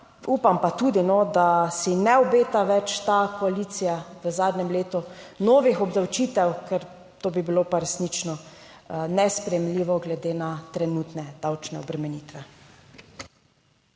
Upam pa tudi, da si ne obeta več ta koalicija v zadnjem letu novih obdavčitev, ker to bi bilo pa resnično nesprejemljivo glede na trenutne davčne obremenitve.